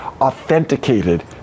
authenticated